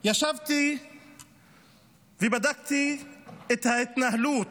ישבתי ובדקתי את ההתנהלות